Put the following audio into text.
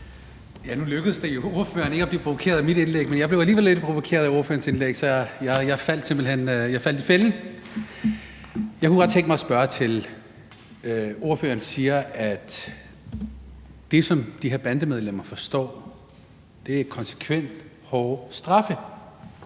Nu lykkedes det jo ordføreren ikke at blive provokeret af mit indlæg, men jeg blev alligevel lidt provokeret af ordførerens indlæg, så jeg faldt i fælden. Jeg kunne godt tænke mig at spørge om noget. Ordføreren siger, at det, som de her bandemedlemmer forstår, er konsekvens og hårde straffe.